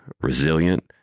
resilient